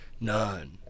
None